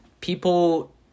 people